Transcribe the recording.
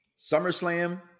SummerSlam